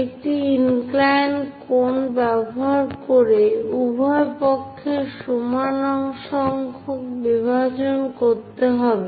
একটি ইনক্লাইন কোণ ব্যবহার করে উভয় পক্ষের সমান সংখ্যক বিভাজন করতে হবে